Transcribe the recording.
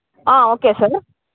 okay sir